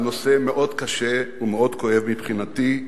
על נושא מאוד קשה ומאוד כואב מבחינתי,